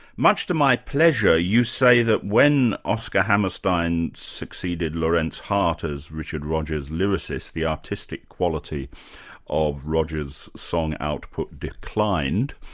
much to my pleasure, you say that when oscar hammerstein succeeded lorenz hart as richard rogers' lyricist, the artistic quality of rogers' song output declined.